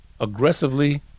aggressively